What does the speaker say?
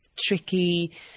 tricky